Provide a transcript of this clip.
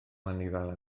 anifeiliaid